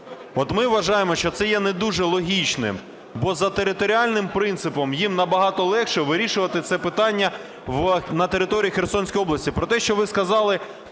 От ми вважаємо, що це не є дуже логічним, бо за територіальним принципом їм набагато легше вирішувати це питання на території Херсонської області.